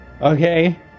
Okay